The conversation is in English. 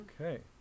Okay